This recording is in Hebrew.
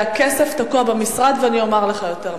והכסף תקוע במשרד, ואני אומר לך יותר מזה,